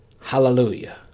Hallelujah